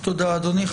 תודה, אדוני.